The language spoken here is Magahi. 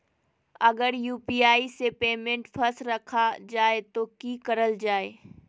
अगर यू.पी.आई से पेमेंट फस रखा जाए तो की करल जाए?